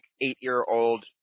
eight-year-old